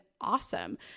awesome